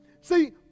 See